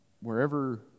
Wherever